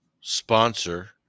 sponsor